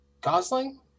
gosling